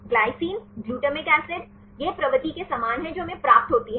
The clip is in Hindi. ग्लाइसिन ग्लूटामिक एसिड यह प्रवृत्ति के समान है जो हमें प्राप्त होती है